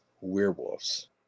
werewolves